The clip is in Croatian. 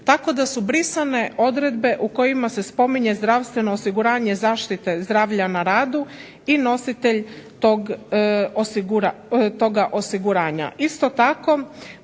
tako da su brisane odredbe u kojima se spominje zdravstveno osiguranje zaštite zdravlja na radu i nositelj tog osiguranja.